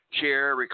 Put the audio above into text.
chair